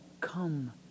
come